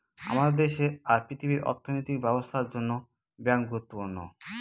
আমাদের দেশে আর পৃথিবীর অর্থনৈতিক ব্যবস্থার জন্য ব্যাঙ্ক গুরুত্বপূর্ণ